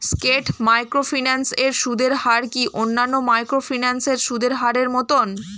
স্কেট microfinance এর সুদের হার কি অন্যান্য মাইক্রোফিন্যান্স এর সুদের হারের মতন?